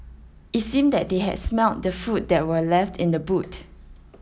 it seemed that they had smelt the food that were left in the boot